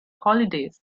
holidays